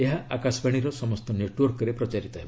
ଏହା ଆକାଶବାଣୀର ସମସ୍ତ ନେଟ୍ୱର୍କରେ ପ୍ରଚାରିତ ହେବ